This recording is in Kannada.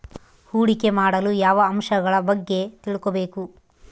ಹೂಡಿಕೆ ಮಾಡಲು ಯಾವ ಅಂಶಗಳ ಬಗ್ಗೆ ತಿಳ್ಕೊಬೇಕು?